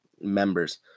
Members